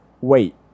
wait